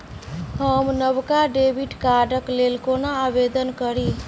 हम नवका डेबिट कार्डक लेल कोना आवेदन करी?